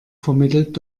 vermittelt